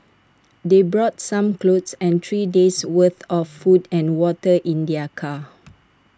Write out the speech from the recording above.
they brought some clothes and three days worth of food and water in their car